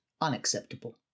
unacceptable